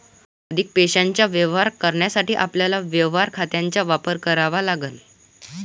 अधिक पैशाचे व्यवहार करण्यासाठी आपल्याला व्यवहार खात्यांचा वापर करावा लागेल